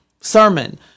sermon